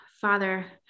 Father